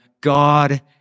God